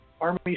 Army